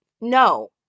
no